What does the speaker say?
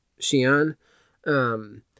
Xi'an